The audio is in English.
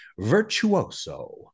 virtuoso